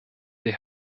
des